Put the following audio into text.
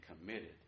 committed